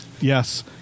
Yes